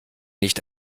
nicht